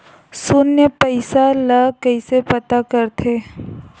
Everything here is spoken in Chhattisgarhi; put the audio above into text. शून्य पईसा ला कइसे पता करथे?